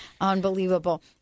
Unbelievable